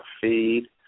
feed